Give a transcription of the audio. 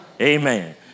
Amen